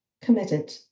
committed